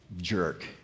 jerk